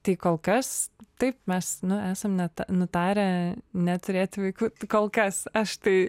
tai kolkas taip mes nu esam net nutarę neturėt vaikų kol kas aš tai